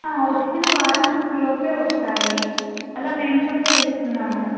వచ్చిన వారం లోపే వస్తాయి అలా మేము కూడా చేసుకున్నాము